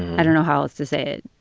i don't know how else to say it.